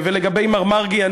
ולגבי מר מרגי,